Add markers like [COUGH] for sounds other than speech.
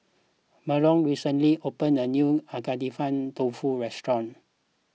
Marlo recently opened a new [UNINTELLIGIBLE] Dofu restaurant